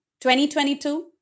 2022